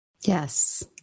Yes